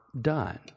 done